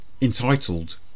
entitled